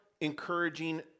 encouraging